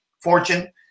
fortune